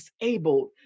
disabled